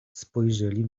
spojrzeli